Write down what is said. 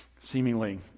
seemingly